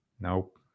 Nope